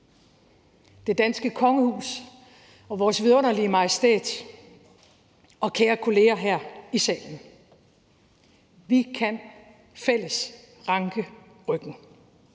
det danske kongehus og vores vidunderlige Majestæt, og kære kollegaer her i salen: Vi kan i fællesskab ranke ryggen.